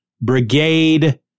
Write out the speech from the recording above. Brigade